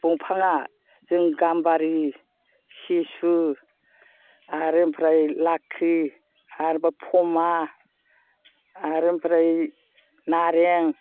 दंफांआ जों गाम्बारि सिसु आरो ओमफ्राय लाख्रि आरोबाव फमा आरो ओमफ्राय नारें